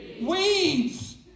Weeds